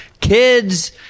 kids